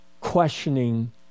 questioning